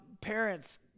parents